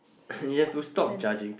you have to stop judging